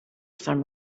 some